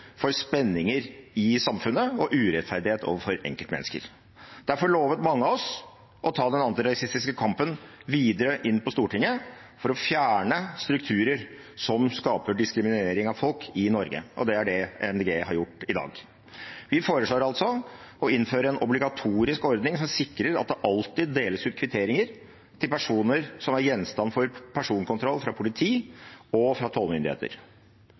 for spenninger i samfunnet og urettferdighet overfor enkeltmennesker. Derfor lovet mange av oss å ta den antirasistiske kampen videre inn på Stortinget for å fjerne strukturer som skaper diskriminering av folk i Norge, og det er det Miljøpartiet De Grønne har gjort i dag. Vi foreslår altså å innføre en obligatorisk ordning som sikrer at det alltid deles ut kvitteringer til personer som er gjenstand for personkontroll fra politi og fra tollmyndigheter.